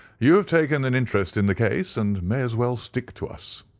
you have taken an interest in the case and may as well stick to us.